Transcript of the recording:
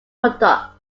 product